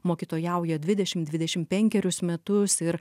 mokytojauja dvidešimt dvidešimt penkerius metus ir